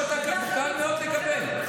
יש לך מדינות שקל מאוד לקבל בהן.